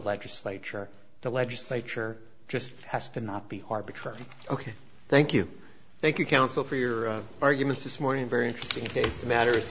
legislature the legislature just has to not be hard to try ok thank you thank you council for your arguments this morning very interesting case matters